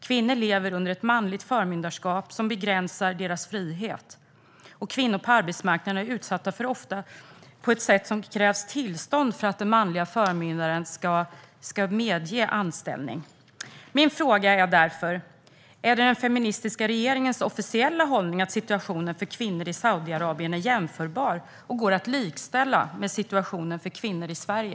Kvinnor lever under ett manligt förmyndarskap som begränsar deras frihet, och kvinnor är utsatta på arbetsmarknaden, eftersom det krävs tillstånd från den manliga förmyndaren för att en anställning ska medges. Min fråga är därför: Är det den feministiska regeringens officiella hållning att situationen för kvinnor i Saudiarabien är jämförbar och går att likställa med situationen för kvinnor i Sverige?